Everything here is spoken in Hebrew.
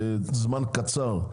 לזמן קצר,